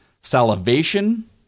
salivation